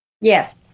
Yes